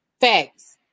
Facts